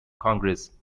congress